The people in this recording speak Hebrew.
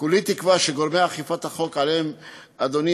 כולי תקווה שגורמי אכיפת החוק שעליהם אדוני